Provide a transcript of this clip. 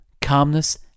Calmness